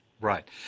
Right